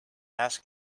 ask